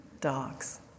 Dogs